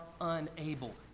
unable